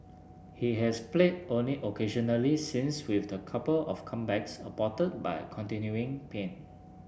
he has played only occasionally since with a couple of comebacks aborted by continuing pain